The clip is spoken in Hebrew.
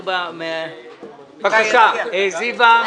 בבקשה, זיוה,